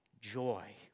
joy